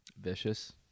Vicious